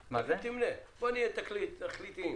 --- תמנה, בואו נהיה תכליתיים: